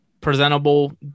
presentable